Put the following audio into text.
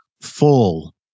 full